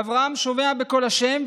אברהם שומע בקול השם,